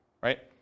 right